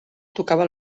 tocava